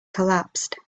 collapsed